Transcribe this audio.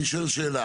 אני שואל שאלה.